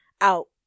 out